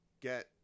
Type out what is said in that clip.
get